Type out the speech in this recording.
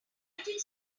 united